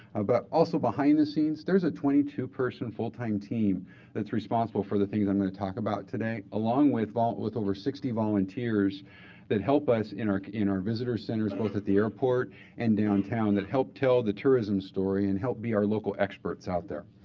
also behind the scenes there is a twenty two person full time team that's responsible for the things i'm going to talk about today along with um with over sixty volunteers that help us in our in our visitor centers both at the airport and downtown that help tell the tourism story and help be our local experts out there.